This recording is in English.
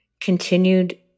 continued